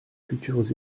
futurs